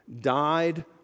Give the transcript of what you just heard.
died